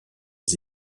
aux